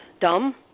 dumb